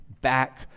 back